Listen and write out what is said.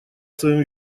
своим